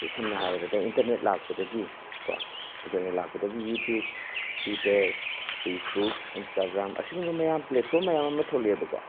ꯁꯦ ꯁꯝꯅ ꯍꯥꯏꯔꯕꯗ ꯏꯟꯇꯔꯅꯦꯠ ꯂꯥꯛꯄꯗꯒꯤ ꯀꯣ ꯏꯟꯇꯔꯅꯦꯠ ꯂꯥꯛꯄꯗꯒꯤ ꯌꯨꯇꯨꯞ ꯇ꯭ꯋꯤꯇꯔ ꯐꯦꯁꯕꯨꯛ ꯏꯟꯁꯇꯒ꯭ꯔꯥꯝ ꯑꯁꯤꯒꯨꯝꯕ ꯃꯌꯥꯝ ꯄ꯭ꯂꯦꯠꯐꯣꯝ ꯃꯌꯥꯝ ꯑꯃ ꯊꯣꯛꯂꯛꯑꯦꯕꯀꯣ